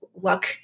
luck